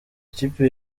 ikipe